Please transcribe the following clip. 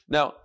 Now